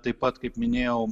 taip pat kaip minėjau